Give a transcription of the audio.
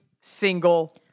single